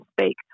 speak